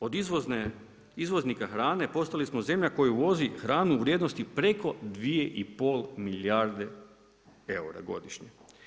Od izvoznika hrane, postali smo zemlja koja uvozi hranu u vrijednosti preko 2 i pol milijarde eura godišnje.